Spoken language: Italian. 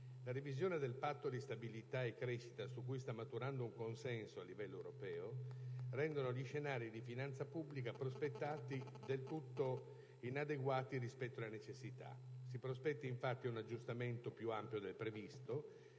La revisione del Patto di stabilità e crescita su cui sta maturando un consenso a livello europeo rende gli scenari di finanza pubblica prospettati del tutto inadeguati rispetto alle necessità. Si prospetta infatti un aggiustamento più ampio del previsto.